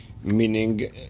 Meaning